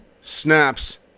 snaps